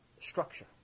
structure